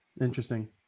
Interesting